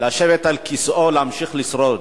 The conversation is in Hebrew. לשבת על כיסאו, להמשיך לשרוד.